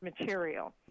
material